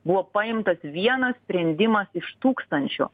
buvo paimtas vienas sprendimas iš tūkstančio